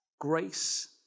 Grace